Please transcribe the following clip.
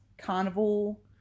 carnival